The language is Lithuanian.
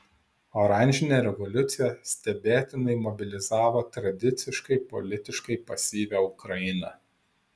oranžinė revoliucija stebėtinai mobilizavo tradiciškai politiškai pasyvią ukrainą